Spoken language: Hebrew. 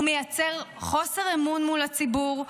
הוא מייצר חוסר אמון מול הציבור,